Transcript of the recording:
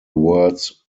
words